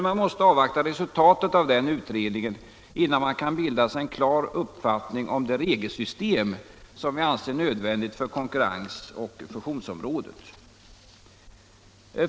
Man måste avvakta resultatet av denna utredning innan man kan bilda sig en klar uppfattning om det regelsystem som vi anser nödvändigt på konkurrens och fusionsområdet.